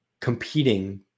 competing